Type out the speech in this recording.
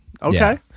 Okay